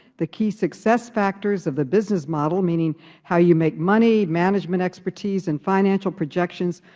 the key success factors of the business model, meaning how you make money, management expertise, and financial projections,